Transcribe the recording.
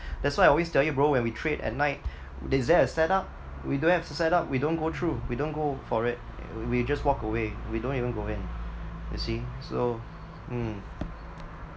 that's why I always tell you bro when we trade at night is there a setup we don't have setup we don't go through we don't go for it we just walk away we don't even go in you see so mm